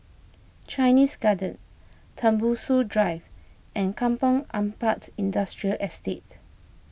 Chinese Garden Tembusu Drive and Kampong Ampat Industrial Estate